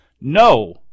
No